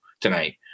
tonight